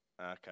Okay